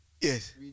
yes